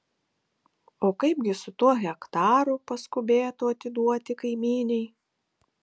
o kaipgi su tuo hektaru paskubėtu atiduoti kaimynei